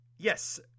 Yes